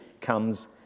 comes